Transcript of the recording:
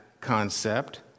concept